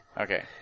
Okay